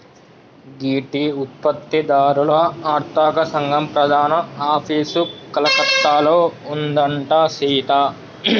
గీ tea ఉత్పత్తి దారుల అర్తక సంగం ప్రధాన ఆఫీసు కలకత్తాలో ఉందంట సీత